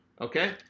Okay